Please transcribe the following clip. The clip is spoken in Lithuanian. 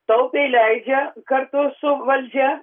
taupiai leidžia kartu su valdžia